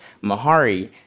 Mahari